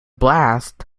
blast